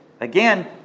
Again